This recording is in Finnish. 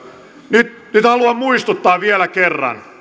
nyt nyt haluan muistuttaa vielä kerran